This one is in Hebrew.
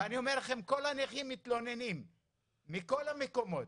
אני אומר לכם, כל הנכים מתלוננים מכל המקומות,